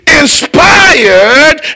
inspired